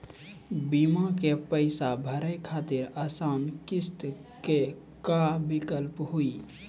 बीमा के पैसा भरे खातिर आसान किस्त के का विकल्प हुई?